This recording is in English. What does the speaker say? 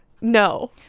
No